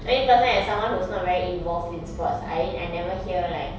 I mean person as someone who's not very involved in sports I mean I never hear like